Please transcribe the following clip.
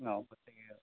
অ'